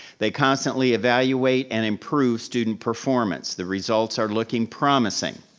they constantly evaluate and improve student performance. the results are looking promising.